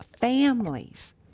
families